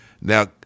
now